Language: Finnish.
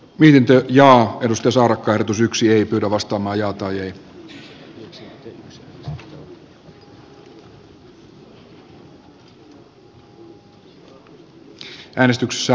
pienten ja edustus on kadotus yksi merkitään pöytäkirjaan